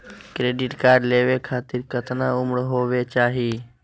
Credit card लेवे खातीर कतना उम्र होवे चाही?